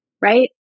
Right